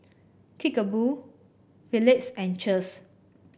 Kickapoo Phillips and Cheers